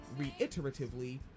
reiteratively